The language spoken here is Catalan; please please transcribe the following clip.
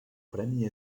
premi